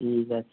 ঠিক আছে